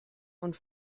und